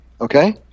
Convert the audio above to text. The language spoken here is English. Okay